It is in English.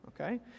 okay